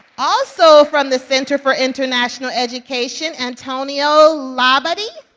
also from the center for international education, antonio labadie.